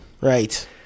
Right